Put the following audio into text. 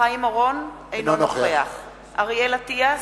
חיים אורון, אינו נוכח אריאל אטיאס,